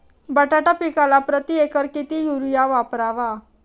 बटाटा पिकाला प्रती एकर किती युरिया वापरावा?